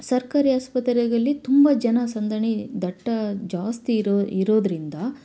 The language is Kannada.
ಸರ್ಕಾರಿ ಆಸ್ಪತ್ರೆಗಳಲ್ಲಿ ತುಂಬ ಜನಸಂದಣಿ ದಟ್ಟ ಜಾಸ್ತಿ ಇರೋ ಇರೋದರಿಂದ